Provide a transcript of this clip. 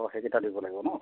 অঁ সেইকেটা দিব লাগিব ন'